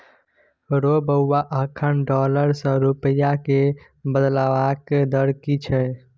रौ बौआ अखन डॉलर सँ रूपिया केँ बदलबाक दर की छै?